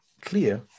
clear